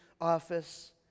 office